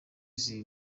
izo